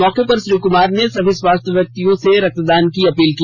मौके पर श्री कुमार ने सभी स्वस्थ व्यक्तियों से रक्तदान की अपील की